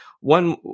One